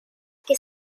que